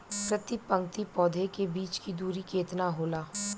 प्रति पंक्ति पौधे के बीच की दूरी केतना होला?